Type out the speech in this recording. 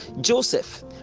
Joseph